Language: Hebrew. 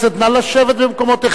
נא לשבת במקומותיכם.